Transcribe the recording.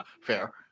Fair